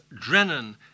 Drennan